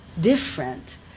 different